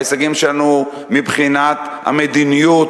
ההישגים שלנו מבחינת המדיניות,